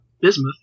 bismuth